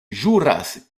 ĵuras